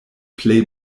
plej